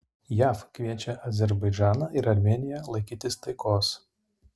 jav kviečia azerbaidžaną ir armėniją laikytis taikos